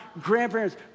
grandparents